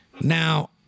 Now